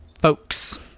Folks